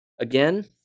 Again